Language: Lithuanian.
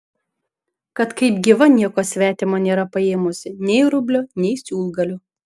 kad kaip gyva nieko svetimo nėra paėmusi nei rublio nei siūlgalio